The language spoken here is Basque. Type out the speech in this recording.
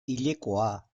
hilekoa